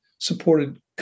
supported